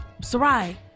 Sarai